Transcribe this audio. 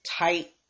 tight